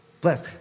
Bless